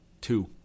Two